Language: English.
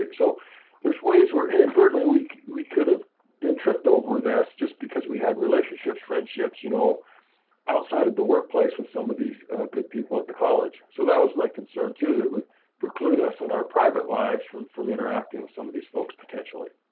so there's ways where inadvertently, we we could have then tripped over this just because we had relationships, friendships, you know outside of the workplace with some of these good people at the college. so that was my concern, too that it would preclude us in our private lives from from interacting with some of these folks potentially.